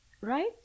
right